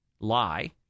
lie